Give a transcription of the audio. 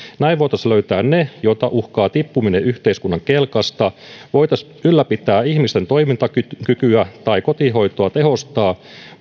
näin voitaisiin löytää ne joita uhkaa tippuminen yhteiskunnan kelkasta voitaisiin ylläpitää ihmisten toimintakykyä tai kotihoitoa tehostaa